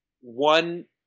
one